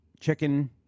chicken